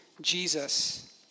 Jesus